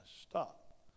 stop